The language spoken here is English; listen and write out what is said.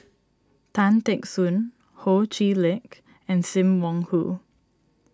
Tan Teck Soon Ho Chee Lick and Sim Wong Hoo